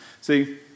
See